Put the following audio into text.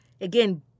Again